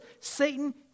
Satan